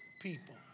people